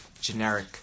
generic